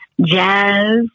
jazz